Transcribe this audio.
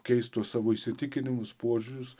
keist tuos savo įsitikinimus požiūrius